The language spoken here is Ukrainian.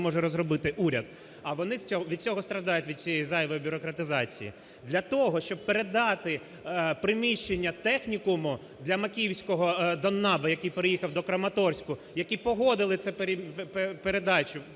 не може розробити уряд, а вони від цього страждають, від цієї зайвої бюрократизації. Для того, щоб передати приміщення технікуму для Макіївського ДонНАБА, який переїхав до Краматорську, які погодили цю передачу,